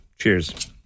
Cheers